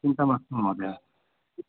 चिन्ता मास्तु महोदये